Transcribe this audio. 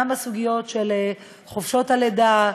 גם הסוגיות של חופשות הלידה,